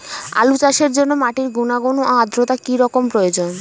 আলু চাষের জন্য মাটির গুণাগুণ ও আদ্রতা কী রকম প্রয়োজন?